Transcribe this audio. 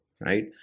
right